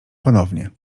ponownie